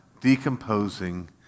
decomposing